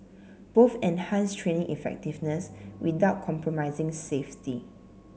both enhanced training effectiveness without compromising safety